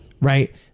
Right